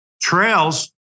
Trails